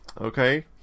Okay